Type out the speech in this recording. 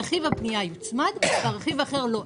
רכיב הבנייה יוצמד, והמחיר האחר לא.